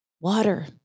water